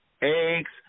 eggs